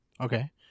Okay